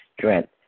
strength